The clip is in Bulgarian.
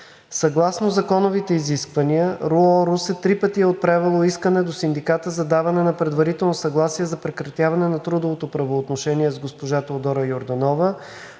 Съгласно законовите изисквания РУО – Русе, три пъти е отправяло искане до Синдиката за даване на предварително съгласие за прекратяване на трудовото правоотношение с госпожа Теодора Йорданова